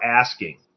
asking